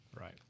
Right